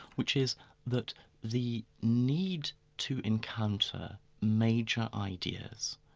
which is that the need to encounter major ideas,